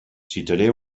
citaré